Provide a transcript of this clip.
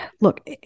look